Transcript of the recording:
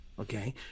Okay